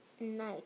night